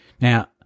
Now